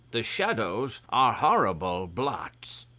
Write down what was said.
the shadows are horrible blots.